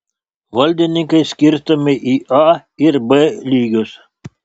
valdininkai skirstomi į a ir b lygius